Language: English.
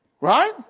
Right